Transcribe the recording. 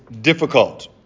difficult